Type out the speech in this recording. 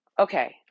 Okay